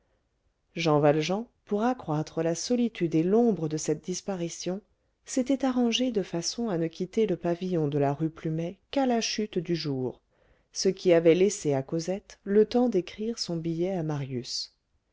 jean valjean pour accroître la solitude et l'ombre de cette disparition s'était arrangé de façon à ne quitter le pavillon de la rue plumet qu'à la chute du jour ce qui avait laissé à cosette le temps d'écrire son billet à marius